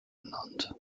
ernannt